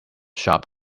sharp